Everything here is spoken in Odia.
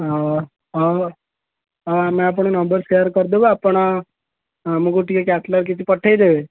ହଁ ଆମେ ଆପଣଙ୍କ ନମ୍ବର୍ ସେୟାର୍ କରିଦେବୁ ଆପଣ ଆମକୁ ଟିକେ କ୍ୟାଟଲଗ୍ କିଛି ପଠେଇଦେବେ